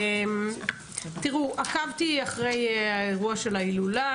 עקבתי אחרי אירוע ההילולה.